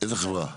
איזו חברה?